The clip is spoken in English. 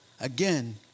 Again